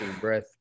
breath